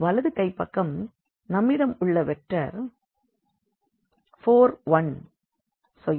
வலது கைப்பக்கம் நம்மிடம் உள்ள வெக்டர் 4 1